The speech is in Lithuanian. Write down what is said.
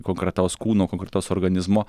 konkretaus kūno konkretaus organizmo